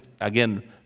again